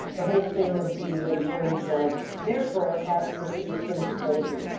the whole thing would be in terms of their firm has specific things that they do.